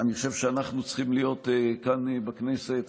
אני חושב שאנחנו כאן בכנסת